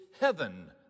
heaven